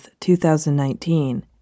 2019